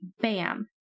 bam